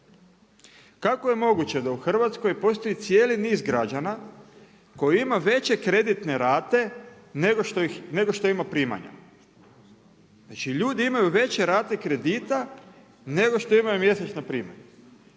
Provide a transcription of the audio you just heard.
Kako je moguće da u Hrvatskoj postoji cijeli niz građana koji ima veće kreditne rate, nego što ima primanja? Znači ljudi imaju veće rate kredita, nego što imaju mjesečna primanja.